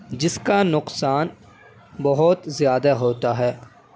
جس کا نقصان بہت زیادہ ہوتا ہے